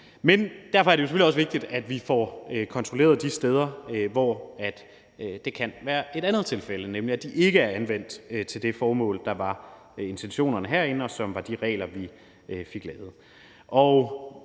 men derfor er det selvfølgelig også vigtigt, at vi får kontrolleret de steder, tilfældet kan være et andet, nemlig at de ikke er anvendt til det formål, der var intentionen herinde, og ud fra de regler, vi fik lavet.